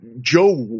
Joe